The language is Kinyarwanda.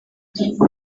ibyo